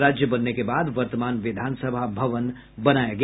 राज्य बनने के बाद वर्तमान विधानसभा भवन बनाया गया